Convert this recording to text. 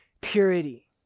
purity